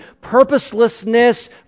purposelessness